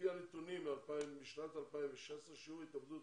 לפי הנתונים משנת 2016 שיעור ההתאבדות